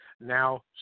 now